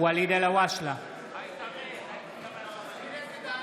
אמיר אוחנה, בעד ינון אזולאי, בעד גדי איזנקוט,